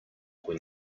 when